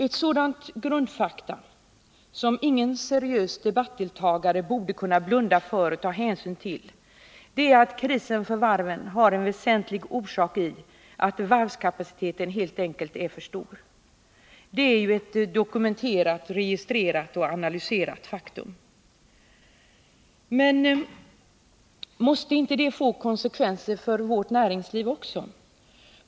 Ett sådant grundfaktum, som ingen seriös debattdeltagare borde kunna blunda för och underlåta att ta hänsyn till, är att krisen för varven har en väsentlig orsak i att varvskapaciteten helt enkelt är för stor. Det är ett dokumenterat, registrerat och analyserat faktum. Men måste inte det få konsekvenser för vårt näringsliv också?